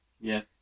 Yes